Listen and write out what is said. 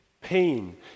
pain